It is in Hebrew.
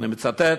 ואני מצטט: